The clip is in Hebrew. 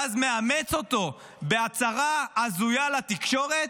ואז מאמץ אותו בהצהרה הזויה לתקשורת.